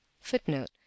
footnote